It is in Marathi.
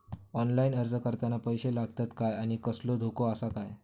ऑनलाइन अर्ज करताना पैशे लागतत काय आनी कसलो धोको आसा काय?